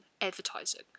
advertising